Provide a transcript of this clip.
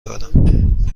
دارم